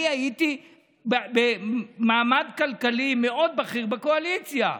אני הייתי במעמד כלכלי מאוד בכיר בקואליציה.